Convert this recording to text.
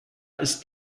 ist